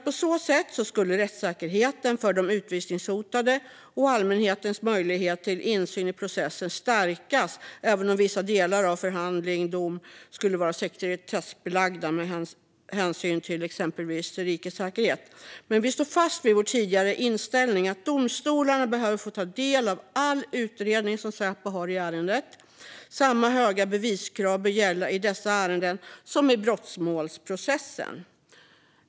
På så sätt skulle rättssäkerheten för de utvisningshotade och allmänhetens möjlighet till insyn i processen stärkas, även om vissa delar av förhandling eller dom skulle vara sekretessbelagda med hänsyn till exempelvis rikets säkerhet. Vi står fast vid vår tidigare inställning att domstolarna behöver få ta del av all utredning som Säpo har i ett ärende. I dessa ärenden bör samma höga beviskrav gälla som i brottmålsprocessen.